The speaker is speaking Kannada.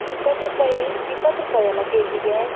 ಇಪ್ಪತ್ತು ರೂಪಾಯಿ ಇಪ್ಪತ್ತು ರೂಪಾಯಿ ಅಲಾ ಕೆ ಜಿಗೆ